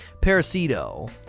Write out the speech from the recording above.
Parasito